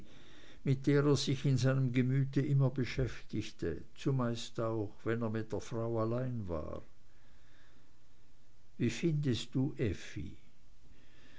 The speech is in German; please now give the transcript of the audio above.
mit der er sich in seinem gemüt immer beschäftigte zumeist auch wenn er mit seiner frau allein war wie findest du effi